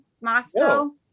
Moscow